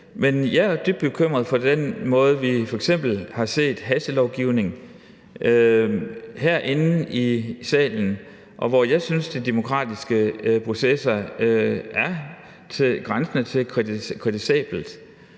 men jeg er dybt bekymret for den måde, vi f.eks. har set hastelovgivning på herinde i salen, hvor jeg synes, at de demokratiske processer grænser til det kritisable.